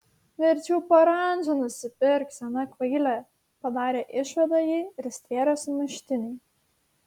verčiau parandžą nusipirk sena kvaile padarė išvadą ji ir stvėrė sumuštinį